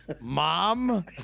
mom